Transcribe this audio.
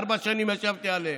ארבע שנים ישבתי עליהן.